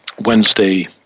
Wednesday